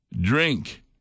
drink